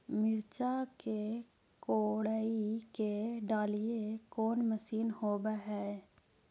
मिरचा के कोड़ई के डालीय कोन मशीन होबहय?